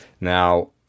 now